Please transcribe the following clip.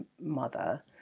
mother